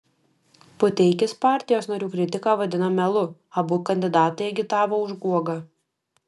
puteikis partijos narių kritiką vadina melu abu kandidatai agitavo už guogą